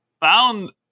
found